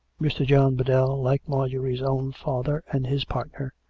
mr. john biddell, like marjorie's own father and his partner,